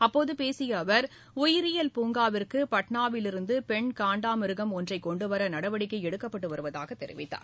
அப்போதபேசியஅவர் உயிரியல் பூங்காவிற்குபாட்னாவிலிருந்துபெண் காண்டாமிருகம் ஒன்றைகொண்டுவரநடவடிக்கைஎடுக்கப்பட்டுவருவதாகதெரிவித்தார்